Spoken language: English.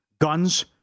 guns